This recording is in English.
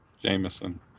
Jameson